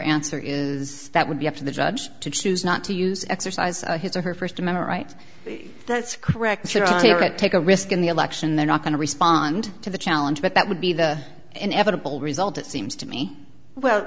answer is that would be up to the judge to choose not to use exercise his or her first amendment right that's correct but take a risk in the election they're not going to respond to the challenge but that would be the inevitable result it seems to me well